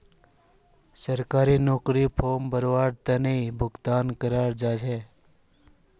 सरकारी नौकरीर फॉर्म भरवार बादे भुगतान करवार तने डेबिट कार्डडेर इस्तेमाल कियाल जा छ